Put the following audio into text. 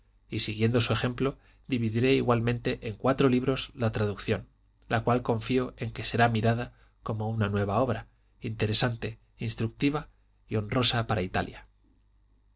y siguiendo su ejemplo dividiré igualmente en cuatro libros la traducción la cual confío en que será mirada como una nueva obra interesante instructiva y honrosa para italia